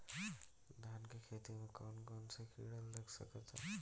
धान के खेती में कौन कौन से किड़ा लग सकता?